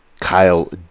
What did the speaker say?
Kyle